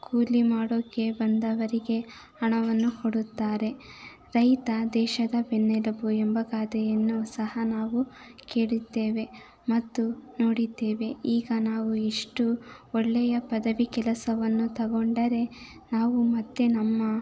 ಕೂಲಿ ಮಾಡೋಕ್ಕೆ ಬಂದವರಿಗೆ ಹಣವನ್ನು ಕೊಡುತ್ತಾರೆ ರೈತ ದೇಶದ ಬೆನ್ನೆಲುಬು ಎಂಬ ಗಾದೆಯನ್ನು ಸಹ ನಾವು ಕೇಳಿದ್ದೇವೆ ಮತ್ತು ನೋಡಿದ್ದೇವೆ ಈಗ ನಾವು ಎಷ್ಟು ಒಳ್ಳೆಯ ಪದವಿ ಕೆಲಸವನ್ನು ತೊಗೊಂಡರೆ ನಾವು ಮತ್ತು ನಮ್ಮ